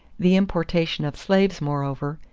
the importation of slaves, moreover,